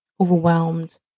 overwhelmed